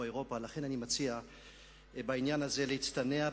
לכן אני מציע בעניין הזה להצטנע.